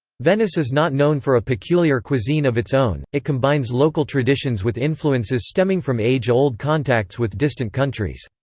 venice is not known for a peculiar cuisine of its own it combines local traditions with influences stemming from age-old contacts with distant countries.